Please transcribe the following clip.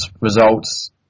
results